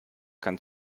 kann